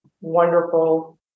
wonderful